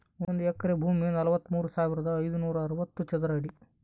ಒಂದು ಎಕರೆ ಭೂಮಿ ನಲವತ್ಮೂರು ಸಾವಿರದ ಐನೂರ ಅರವತ್ತು ಚದರ ಅಡಿ